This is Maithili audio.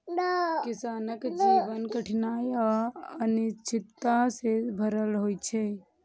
किसानक जीवन कठिनाइ आ अनिश्चितता सं भरल होइ छै